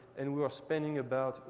and we were spending about